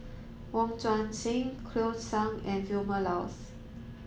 Wong Tuang Seng Cleo Thang and Vilma Laus